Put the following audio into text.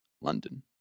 London